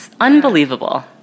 Unbelievable